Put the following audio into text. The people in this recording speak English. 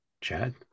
Chad